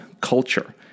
culture